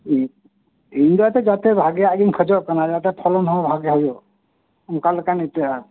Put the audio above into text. ᱤᱧ ᱫᱚ ᱮᱱᱛᱮ ᱡᱟᱛᱮ ᱵᱷᱟᱹᱜᱤᱭᱟᱜ ᱜᱤᱧ ᱠᱷᱚᱡᱚᱜ ᱠᱟᱱᱟ ᱡᱟᱛᱮ ᱯᱷᱚᱞᱚᱱ ᱦᱚᱸ ᱵᱷᱟᱹᱜᱤ ᱦᱩᱭᱩᱜ ᱚᱱᱠᱟ ᱞᱮᱠᱟᱱ ᱤᱛᱟᱹ